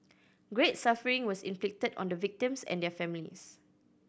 great suffering was inflicted on the victims and their families